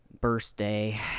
Birthday